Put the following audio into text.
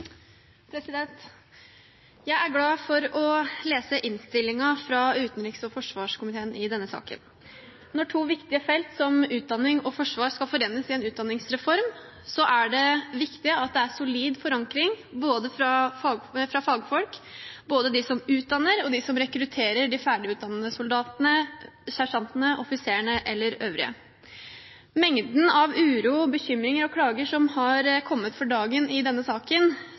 Jeg er glad for å lese innstillingen fra utenriks- og forsvarskomiteen i denne saken. Når to viktige felt som utdanning og forsvar skal forenes i en utdanningsreform, er det viktig at det er solid forankring fra fagfolk, både de som utdanner, og de som rekrutterer de ferdigutdannede soldatene, sersjantene, offiserene og øvrige. Mengden av uro, bekymring og klager som har kommet for dagen i denne saken,